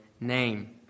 name